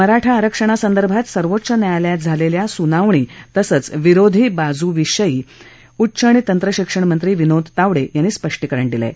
मराठा आरक्षणासंदर्भात सर्वोच्च न्यायालयात झालेल्या सुनावणी तसंच विरोधी बाजूविषयी उच्च आणि तंत्रशिक्षणमंत्री विनोद तावडे यांनी स्पष्टीकरण दिलय